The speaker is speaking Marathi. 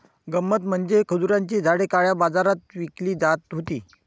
गंमत म्हणजे खजुराची झाडे काळ्या बाजारात विकली जात होती